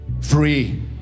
Free